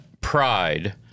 pride